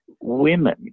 women